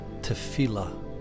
tefillah